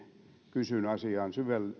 kysyn asiaan